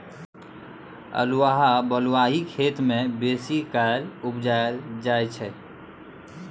अल्हुआ बलुआही खेत मे बेसीकाल उपजाएल जाइ छै